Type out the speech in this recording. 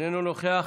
איננו נוכח,